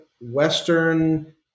Western